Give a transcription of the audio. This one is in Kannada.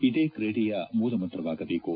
ಇದೇ ಕ್ರೀಡೆಯ ಮೂಲ ಮಂತ್ರವಾಗಬೇಕು